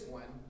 one